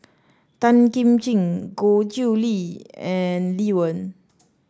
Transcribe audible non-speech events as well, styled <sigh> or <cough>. Tan Kim Ching Goh Chiew Lye and Lee Wen <noise>